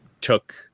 took